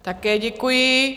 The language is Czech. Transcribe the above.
Také děkuji.